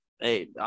Hey